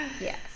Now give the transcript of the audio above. Yes